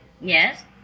Yes